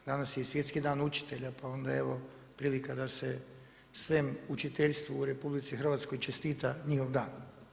Danas je i Svjetski dan učitelja pa onda evo, prilika da se svem učiteljstvu RH čestita njihov dan.